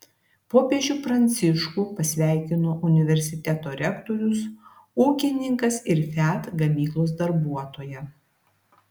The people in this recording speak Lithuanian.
popiežių pranciškų pasveikino universiteto rektorius ūkininkas ir fiat gamyklos darbuotoja